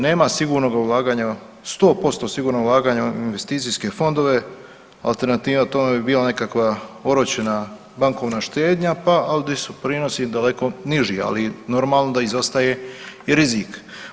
Nema sigurnoga ulaganja 100% sigurnoga ulaganja u investicijske fondove, alternativa tome bi bila nekakva oročena bankovna štednja pa al di su prinosi daleko niži, ali normalno da izostaje i rizik.